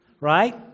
right